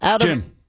Jim